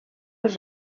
els